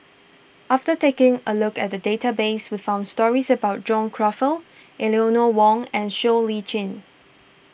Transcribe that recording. after taking a look at the database we found stories about John Crawfurd Eleanor Wong and Siow Lee Chin